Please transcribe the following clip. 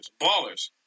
ballers